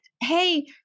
hey